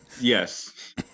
Yes